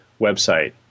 website